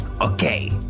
Okay